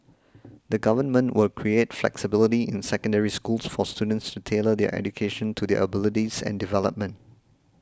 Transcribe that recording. the Government will create flexibility in Secondary Schools for students to tailor their education to their abilities and development